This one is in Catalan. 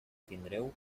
tindreu